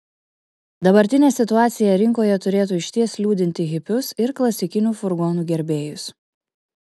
dabartinė situacija rinkoje turėtų išties liūdinti hipius ir klasikinių furgonų gerbėjus